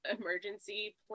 emergency